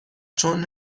چون